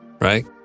Right